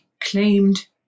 claimed